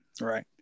right